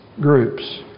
groups